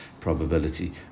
probability